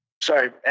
Sorry